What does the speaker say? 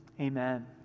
amen